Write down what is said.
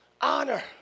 Honor